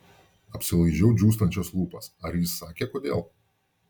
apsilaižau džiūstančias lūpas ar jis sakė kodėl